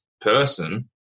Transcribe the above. person